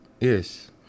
yes